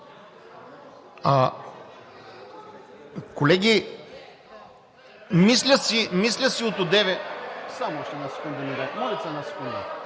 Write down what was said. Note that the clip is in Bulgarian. Колеги, мисля си от одеве,